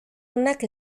onak